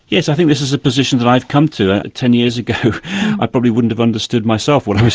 yes, i think this is a position that i've come to. ten years ago i probably wouldn't have understood myself what i was